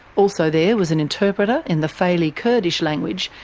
also there was an interpreter in the faili kurdish language,